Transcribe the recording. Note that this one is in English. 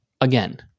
again